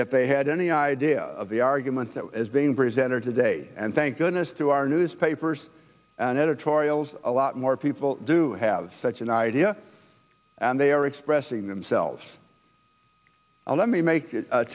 if they had any idea of the arguments that is being presented today and thank goodness through our newspapers and editorials a lot more people do have such an idea and they are expressing themselves well let me make